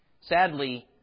Sadly